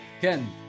ken